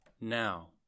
now